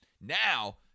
Now